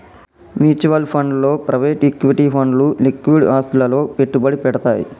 mutual funds లో private equity ఫండ్లు liquid ఆస్తులలో పెట్టుబడి పెడ్తయ్